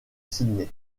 sydney